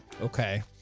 okay